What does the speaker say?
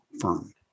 firm